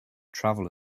travel